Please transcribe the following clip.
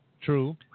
True